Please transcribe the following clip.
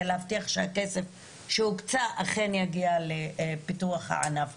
להבטיח שהכסף שהוקצה אכן יגיע לפיתוח הענף.